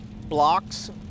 blocks